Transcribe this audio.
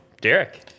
Derek